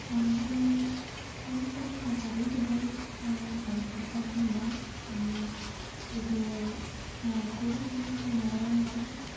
आनी कितें तेमी तेंच्या शेतांतलो सुद्दां वेस्ट कांय भायर पडपाक दिनात तेमी तेजें खाण करून तेमी जनावरांक घालतात